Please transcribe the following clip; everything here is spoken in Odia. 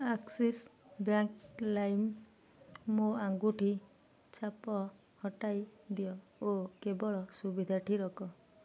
ଆକ୍ସିସ୍ ବ୍ୟାଙ୍କ ଲାଇମ୍ ମୋ ଆଙ୍ଗୁଠି ଛାପ ହଟାଇ ଦିଅ ଓ କେବଳ ସୁବିଧାଟି ରଖ